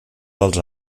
dels